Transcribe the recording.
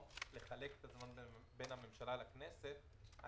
פה יש מצב אחר, שחלק מחוק ההסדרים,